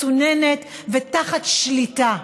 מסוננת ותחת שליטה.